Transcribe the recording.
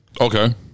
Okay